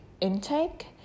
intake